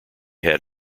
had